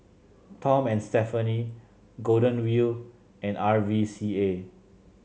Tom and Stephanie Golden Wheel and R V C A